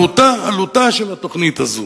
עלותה של התוכנית הזו.